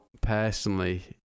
personally